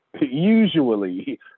usually